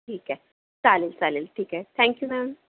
ठीक आहे चालेल चालेल ठीक आहे थँक यू मॅम